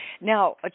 Now